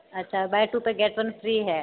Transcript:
अच्छा buy two पे get one free है